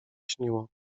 śniło